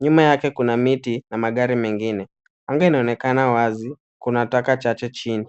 Nyuma yake kuna miti na magari mengine. Anga inaonekana wazi, Kuna taka chache chini.